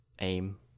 aim